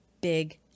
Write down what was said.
big